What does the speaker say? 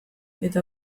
eta